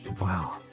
Wow